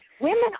women